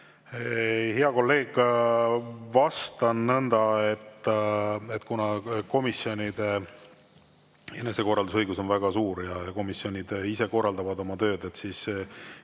Hea kolleeg! Ma vastan nõnda, et kuna komisjonide enesekorraldusõigus on väga suur ja komisjonid korraldavad ise oma tööd, siis